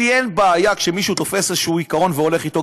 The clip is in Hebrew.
לי אין בעיה כשמישהו תופס איזה עיקרון והולך אתו,